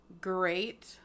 great